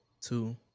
two